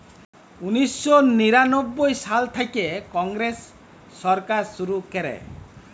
উনিশ শ নিরানব্বই সাল থ্যাইকে কংগ্রেস সরকার শুরু ক্যরে